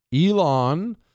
Elon